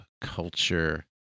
culture